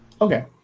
Okay